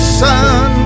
sun